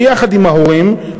ביחד עם ההורים,